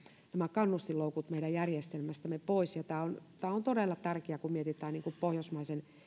kannustinloukut meidän järjestelmästämme pois ja tämä on tämä on todella tärkeää kun mietitään pohjoismaisen